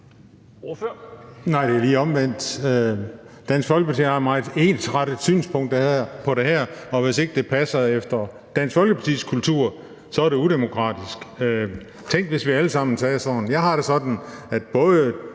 Nej, det er lige omvendt. Dansk Folkeparti har et meget ensrettet synspunkt på det her, og hvis det ikke passer med Dansk Folkepartis kultur, så er det udemokratisk. Tænk, hvis vi alle sammen sagde sådan. Jeg har det sådan, at både